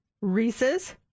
Reese's